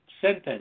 sentence